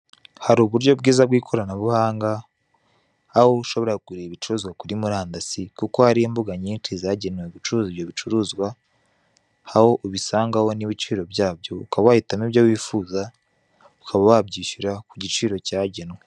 Hari uburyo bwiza bw'ikoranabuhanga aho ushobora kugurira ibicuruzwa kuri murandasi kuko hariho imbuga nyinshi zagenewe gucuruza ibyo bicuruzwa aho ubisangaho n'ibiciro byabyo ukaba wahitamo ibyo wifuza ukaba wabyishyura kugiciro cyagenwe.